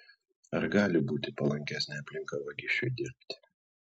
ar gali būti palankesnė aplinka vagišiui dirbti